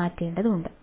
മാറ്റേണ്ടതുണ്ട്